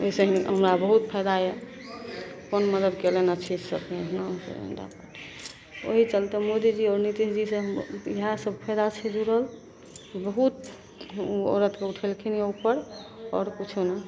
एहिसे ही हमरा बहुत फायदा यऽ कोन मदति कएलनि छी सब ओहि चलिते मोदीजी आओर नितीशजी से हम इएहसब फायदा छै जुड़ल बहुत औरतकेँ उठेलखिन यऽ उपर आओर किछु नहि